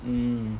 mm